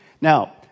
Now